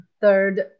third